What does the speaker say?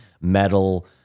metal